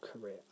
career